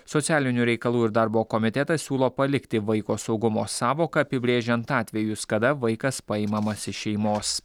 socialinių reikalų ir darbo komitetas siūlo palikti vaiko saugumo sąvoką apibrėžiant atvejus kada vaikas paimamas iš šeimos